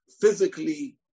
physically